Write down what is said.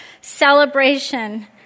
celebration